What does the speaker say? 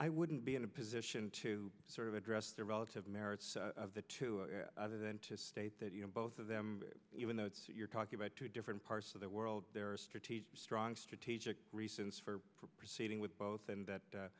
i wouldn't be in a position to sort of address the relative merits of the two other than to state that you know both of them even though it's you're talking about two different parts of the world there are strategic strong strategic reasons for proceeding with both